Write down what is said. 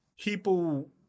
people